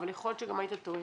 אבל גם יכול להיות שהיית טועה.